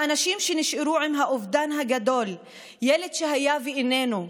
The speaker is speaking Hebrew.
האנשים שנשארו עם האובדן הגדול: ילד שהיה ואיננו,